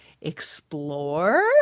explore